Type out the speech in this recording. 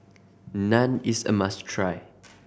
Naan is a must try